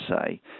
say